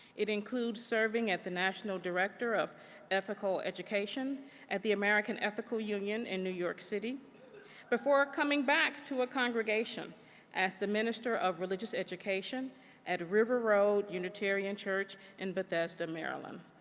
it includes serving as the national director of ethical education at the american ethical union in new york city before coming back to a congregation as the minister of religious education at river road unitarian church in bethesda, maryland.